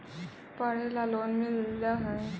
पढ़े ला लोन मिल है?